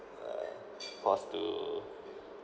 uh forced to